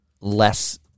less